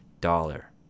dollar